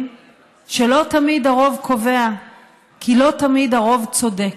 שלא תמיד הרוב קובע כי לא תמיד הרוב צודק,